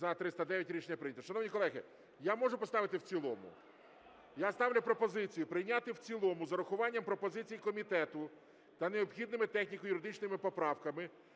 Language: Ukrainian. За-309 Рішення прийнято. Шановні колеги, я можу поставити в цілому? Я ставлю пропозицію прийняти в цілому з врахуванням пропозицій комітету та необхідними техніко-юридичними поправками